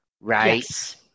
Right